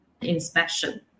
inspection